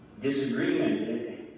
disagreement